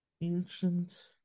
Ancient